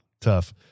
Tough